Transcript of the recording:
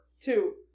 two